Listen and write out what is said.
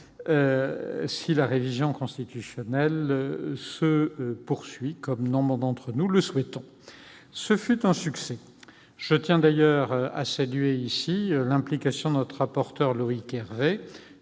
si la révision constitutionnelle se poursuit, comme nombre d'entre nous le souhaitent. Ce fut un succès. Je tiens d'ailleurs à saluer ici l'implication de notre rapporteur, Loïc Hervé.